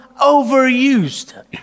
overused